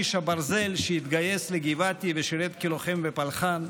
איש הברזל שהתגייס לגבעתי ושירת כלוחם בפלחה"ן,